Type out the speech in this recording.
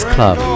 Club